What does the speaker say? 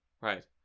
Right